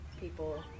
people